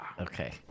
Okay